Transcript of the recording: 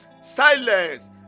silence